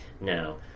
Now